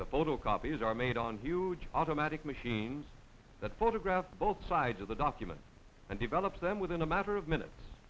the photocopies are made on huge automatic machines that photograph both sides of the documents and develops them within a matter of minutes